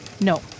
No